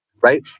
right